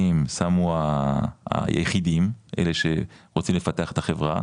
שמו היחידים אלה שרוצים לפתח את החברה,